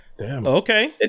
okay